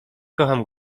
kocham